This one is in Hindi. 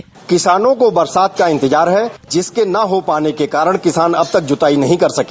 डिस्पैच किसानों को बरसात का इंतजार है जिसके न हो पाने के कारण किसान अब तक जुताई नहीं कर सके